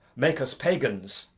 make us pagans,